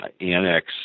annex